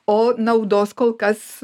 o naudos kol kas